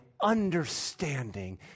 understanding